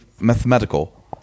mathematical